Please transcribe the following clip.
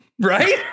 Right